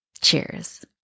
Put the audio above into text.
Cheers